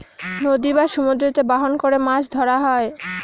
নদী বা সমুদ্রতে বাহন করে মাছ ধরা হয়